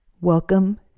Welcome